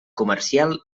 comercial